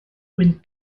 gwynt